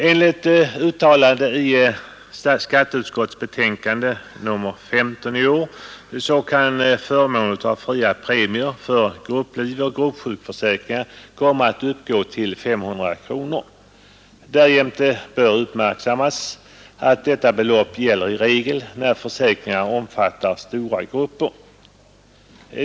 Enligt uttalande i skatteutskottets betänkande nr 15 kan förmån av fria premier för grupplivoch gruppsjukförsäkringar komma att uppgå till 500 kronor. Därjämte bör uppmärksammas att detta belopp gäller i regel när försäkringarna omfattar stora grupper.